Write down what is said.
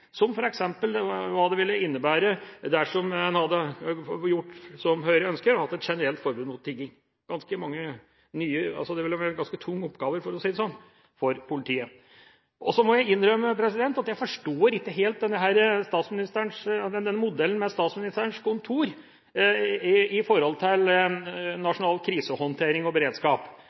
politiet, som f.eks. hva det ville innebære dersom en hadde gjort som Høyre ønsker, og hatt et generelt forbud mot tigging. Det ville vært en ganske tung oppgave, for å si det sånn, for politiet. Så må jeg innrømme at jeg forstår ikke helt modellen med Statsministerens kontor opp mot nasjonal krisehåndtering og beredskap.